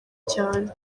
cyane